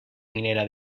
minera